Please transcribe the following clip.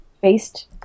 faced